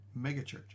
megachurch